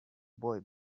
boy